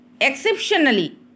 exceptionally